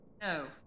No